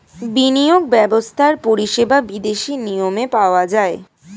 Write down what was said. বিনিয়োগ ব্যবস্থার পরিষেবা বিদেশি নিয়মে পাওয়া যায়